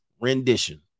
rendition